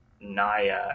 naya